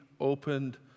opened